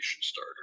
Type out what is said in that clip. starter